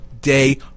day